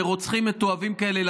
לרוצחים מתועבים כאלה,